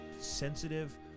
sensitive